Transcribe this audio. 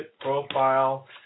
profile